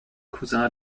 cousin